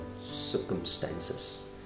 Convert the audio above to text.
circumstances